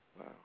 Wow